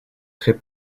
très